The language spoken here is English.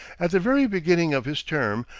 at the very beginning of his term,